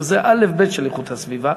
שזה האלף-בית של איכות הסביבה,